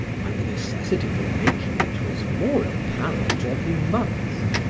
and the necessity for making it was more apparent every month.